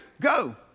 go